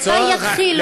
מתי יתחילו,